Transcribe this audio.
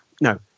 no